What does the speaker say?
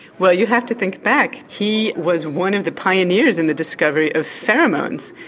well you have to think back. he was one of the pioneers in the discovery of pheromones.